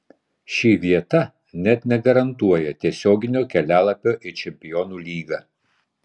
ši vieta net negarantuoja tiesioginio kelialapio į čempionų lygą